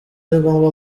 ningombwa